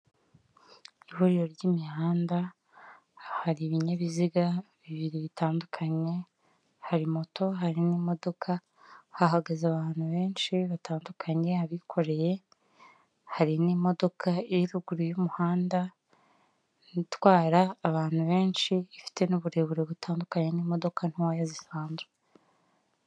Ihuriro ry'imihanda hari ibinyabiziga bibiri bitandukanye ,hari moto hari n'imodoka hahagaze abantu benshi batandukanye abikoreye ,hari n'imodoka iri ruguru y'umuhanda itwara abantu benshi ifite n'uburebure butandukanye n'imodoka ntoya zisanzwe.